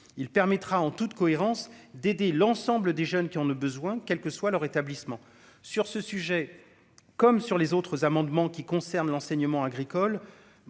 il permettra en toute cohérence, d'aider l'ensemble des jeunes qui en a besoin, quel que soit leur établissement sur ce sujet comme sur les autres amendements qui concerne l'enseignement agricole,